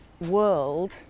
world